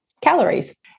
calories